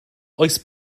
oes